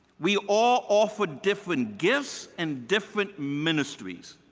we all offer different gifts and different ministries.